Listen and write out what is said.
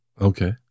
Okay